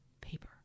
paper